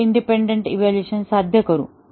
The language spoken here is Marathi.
चे इंडिपेन्डन्ट व्हॅल्यू इव्हाल्युएशन साध्य करू